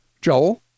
Joel